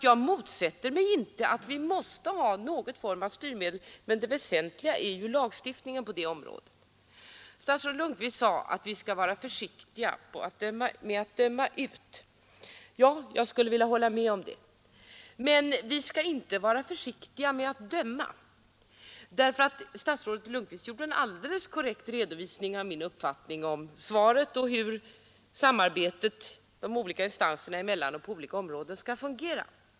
Jag motsätter mig alltså inte att vi måste ha någon form av styrmedel, men det väsentliga är ju lagstiftningen på det området. Statsrådet Lundkvist sade att vi skall vara försiktiga med att döma ut. Ja, jag skulle vilja hålla med om det. Men vi skall inte vara försiktiga med att döma. Statsrådet Lundkvist gav en alldeles korrekt redovisning av min uppfattning om svaret och hur samarbetet de olika instanserna emellan på olika områden skall fungera.